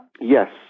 Yes